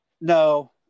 No